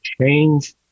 change